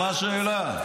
מה השאלה?